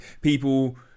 people